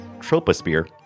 troposphere